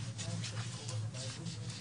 שלום לכולם, אני אענה על